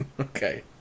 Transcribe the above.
Okay